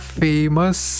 famous